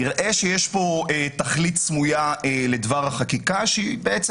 נראה שיש פה תכלית סמויה לדבר החקיקה שהיא בעצם